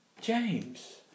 James